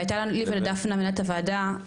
והייתה לי ולדפנה מנהלת הוועדה,